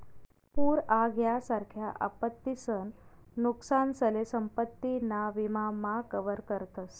पूर आग यासारख्या आपत्तीसन नुकसानसले संपत्ती ना विमा मा कवर करतस